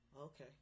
okay